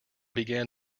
began